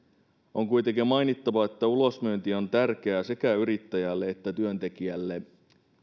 on kuitenkin mainittava että ulosmyynti on tärkeä sekä yrittäjälle että työntekijälle